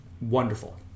wonderful